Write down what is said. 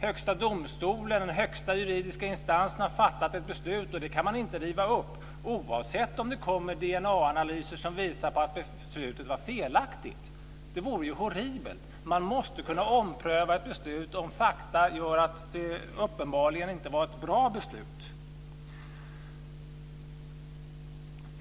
Högsta domstolen, den högsta juridiska instansen, har fattat ett beslut, och det kan man inte riva upp även om det kommer DNA-analyser som visar att beslutet var felaktigt. Det vore ju horribelt! Man måste kunna ompröva ett beslut om fakta visar att det uppenbarligen inte var ett bra beslut.